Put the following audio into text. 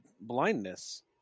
blindness